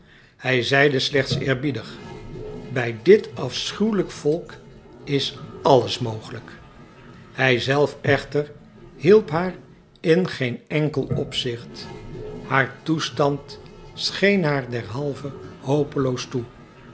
hij zeide slechts eerbiedig bij dit afschuwelijk volk is alles mogelijk hij zelf echter hielp haar in geen enkel opzicht haar toestand scheen haar derhalve hopeloos toe